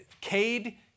Cade